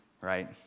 right